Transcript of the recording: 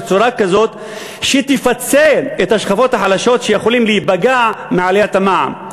בצורה שתפצה את השכבות החלשות שעלולות להיפגע מעליית המע"מ.